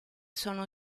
sono